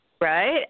right